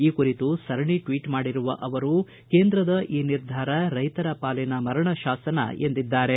ಈ ಕುರಿತು ಸರಣಿ ಟ್ವೀಟ್ ಮಾಡಿರುವ ಅವರು ಕೇಂದ್ರದ ಈ ನಿರ್ಧಾರ ರೈತರ ಪಾಲಿನ ಮರಣ ಶಾಸನ ಎಂದಿದ್ದಾರೆ